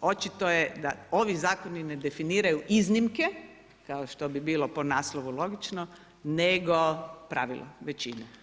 očito je da ovi zakoni ne definiraju iznimke, kao što bi bilo po naslovu logično, nego pravilo, većina.